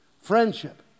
friendship